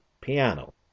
piano